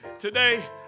today